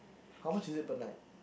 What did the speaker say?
how much is it per night